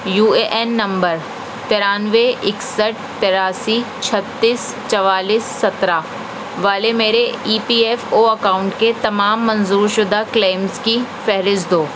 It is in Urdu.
یو اے این نمبر ترانوے اکسٹھ تراسی چھتیس چوالیس سترہ والے میرے E P F O account کے تمام منظور شدہ کلیمز کی فہرست دو